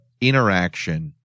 interaction